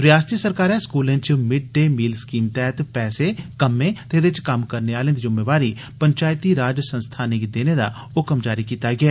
रिआसती सरकारै स्कूलें च मिड डे मील स्कीम तैहत पैसे कम्में ते एदे च कम्म करने आलें दी जुम्मेवारी पंचैती राज संस्थानें गी देने दा हुक्म जारी कीता ऐ